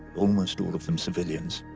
almost all of them civilians.